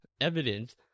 evidence